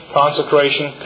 consecration